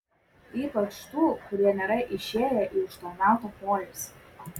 ypač tų kurie nėra išėję į užtarnautą poilsį